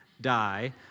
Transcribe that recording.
die